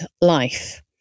Life